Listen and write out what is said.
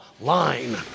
line